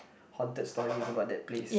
haunted stories about that place